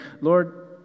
Lord